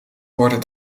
worden